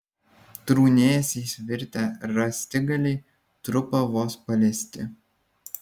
trūnėsiais virtę rąstigaliai trupa vos paliesti